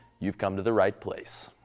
you've come to the right place.